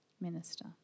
minister